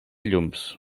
llums